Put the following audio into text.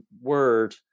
word